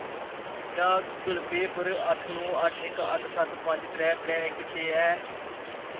क्या Google Pay पर अट्ठ नौ अट्ठ इक अट्ठ सत्त पंज त्रै त्रै इक छे ऐ